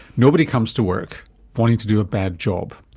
nobody comes to work wanting to do a bad job,